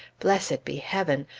blessed be heaven!